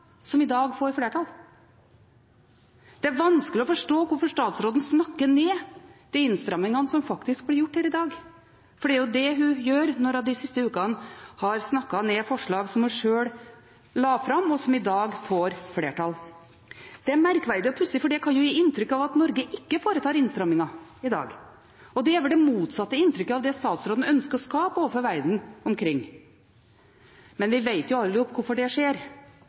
som i dag får flertall. Det er vanskelig å forstå hvorfor statsråden snakker ned de innstrammingene som faktisk blir gjort her i dag, for det er det hun gjør når hun de siste ukene har snakket ned forslag som hun sjøl la fram, og som i dag får flertall. Det er merkverdig og pussig, for det kan gi inntrykk av at Norge ikke foretar innstramminger i dag, og det er vel det motsatte inntrykket av det statsråden ønsker å skape overfor verden omkring. Men vi vet jo alle sammen hvorfor det skjer.